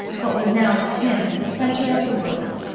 what was now for him the centre of the world.